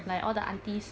like all the aunties